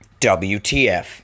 WTF